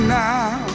now